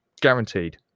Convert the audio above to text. guaranteed